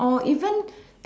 or even